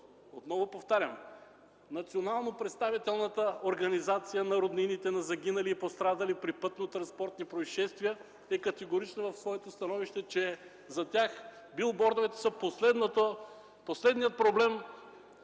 отново повтарям: национално представителната организация на роднините на загинали и пострадали при пътнотранспортни произшествия е категорична в своето становище, че билбордовете са последният проблем